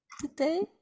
today